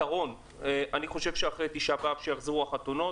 לאחר תשעה באב יחזרו החתונות.